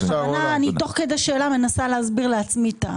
תוך כדי שאלה אני מנסה להסביר לעצמי.